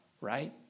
right